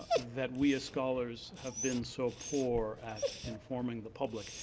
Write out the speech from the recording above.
that we as scholars have been so poor at informing the public.